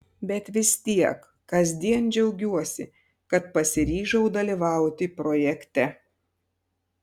bet vis tiek kasdien džiaugiuosi kad pasiryžau dalyvauti projekte